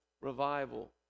revival